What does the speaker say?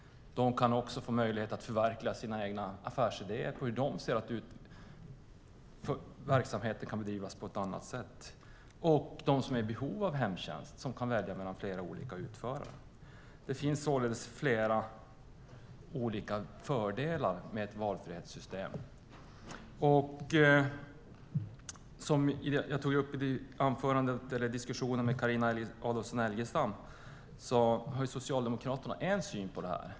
De kan också få möjlighet att förverkliga sina affärsidéer och idéer om hur verksamheter kan bedrivas på ett annat sätt. Den andra vinnaren är de som är i behov av hemtjänst som kan välja mellan flera olika utförare. Det finns således flera olika fördelar med ett valfrihetssystem. Som jag tog upp i diskussionen med Carina Adolfsson Elgestam har Socialdemokraterna en syn på det här.